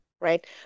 right